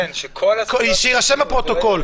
שיירשם בפרוטוקול,